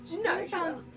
No